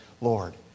Lord